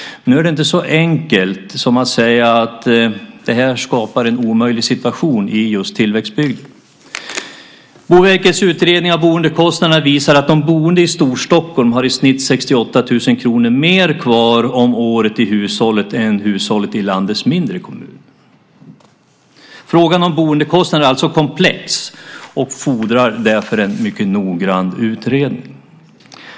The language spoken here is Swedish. Men nu är det inte så enkelt som att man bara kan säga att det här skapar en omöjlig situation i just tillväxtbygder. Boverkets utredning av boendekostnaderna visar att de boende i Storstockholm i snitt har 68 000 kr mer kvar om året per hushåll än vad hushåll i landets mindre kommuner har. Frågan om boendekostnader är alltså komplex och fordrar därför en mycket noggrann utredning.